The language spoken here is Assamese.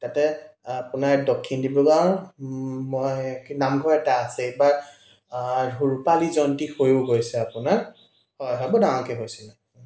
তাতে আপোনাৰ দক্ষিণ ডিব্ৰুগড় মই নামঘৰ এটা আছে এইবাৰ ৰূপালী জয়ন্তী হৈয়ো গৈছে আপোনাৰ বহুত ডাঙৰকৈ হৈছিলে